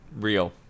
Real